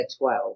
12